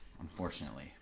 unfortunately